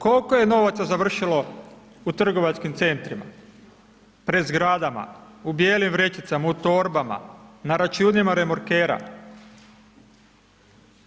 Kol'ko je novaca završilo u trgovačkim centrima, pred zgradama u bijelim vrećicama, u torbama, na računima Remorker-a?